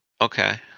Okay